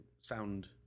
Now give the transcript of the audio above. sound